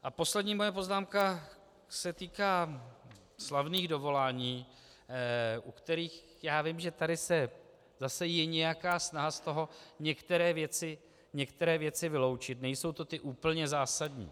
A poslední moje poznámka se týká slavných dovolání, u kterých já vím, že tady zase je nějaká snaha z toho některé věci vyloučit, nejsou to ty úplně zásadní.